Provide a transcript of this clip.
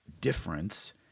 difference